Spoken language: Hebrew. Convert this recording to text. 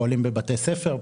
פועלים בבתי ספר,